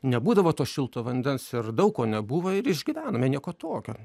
nebūdavo to šilto vandens ir daug ko nebuvo ir išgyvenome nieko tokio